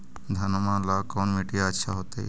घनमा ला कौन मिट्टियां अच्छा होतई?